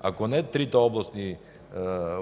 Ако не, трите областни